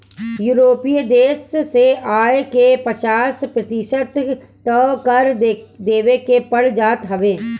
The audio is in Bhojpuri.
यूरोपीय देस में आय के पचास प्रतिशत तअ कर देवे के पड़ जात हवे